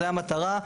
זו המטרה.